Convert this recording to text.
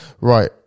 Right